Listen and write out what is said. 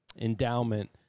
endowment